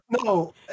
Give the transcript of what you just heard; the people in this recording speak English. no